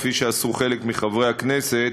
כפי שעשו חלק מחברי הכנסת,